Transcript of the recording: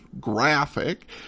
graphic